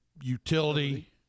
utility